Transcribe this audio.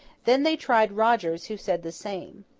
then they tried rogers, who said the same.